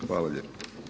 Hvala lijepo.